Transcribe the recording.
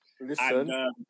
Listen